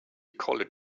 college